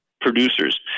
producers